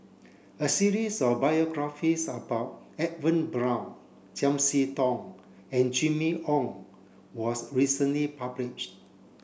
a series of biographies about Edwin Brown Chiam See Tong and Jimmy Ong was recently published